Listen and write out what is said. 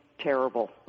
Terrible